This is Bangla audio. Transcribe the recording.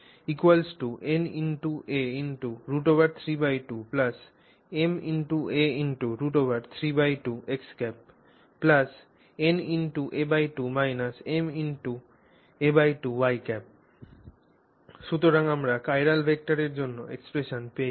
সুতরাং Ch na1ma1 na√32 ma√32 x ̂ na2 ma2 y ̂ সুতরাং আমরা চিরাল ভেক্টরের জন্য এক্সপ্রেসন পেয়েছি